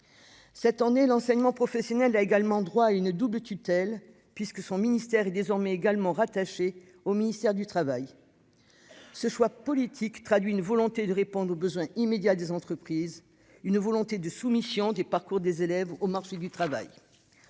Cette année, l'enseignement professionnel a également droit à une double tutelle, puisqu'il est désormais également rattaché au ministère du travail. Ce choix politique traduit une volonté de répondre aux besoins immédiats des entreprises, une volonté de soumission des parcours des élèves au marché du travail.